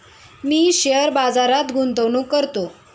मी share बाजारात गुंतवणूक करतो